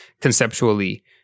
conceptually